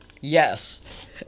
Yes